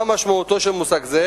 מה משמעותו של מושג זה?